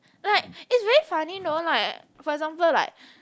like is very funny know like for example like